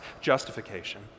justification